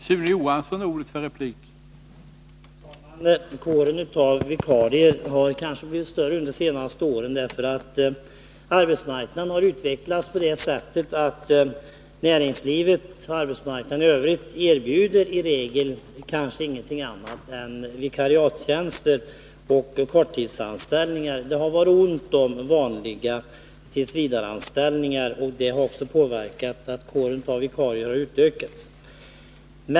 Herr talman! Kåren av vikarier har kanske blivit större under de senaste åren på grund av att utvecklingen har gjort att näringslivet och arbetsmarknaden i regel kanske inte erbjuder någonting annat än vikariatstjänster och korttidsanställningar. Det har varit ont om vanliga tillsvidareanställningar, vilket har gjort att kåren av vikarier har utökats.